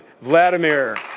Vladimir